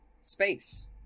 space